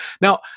Now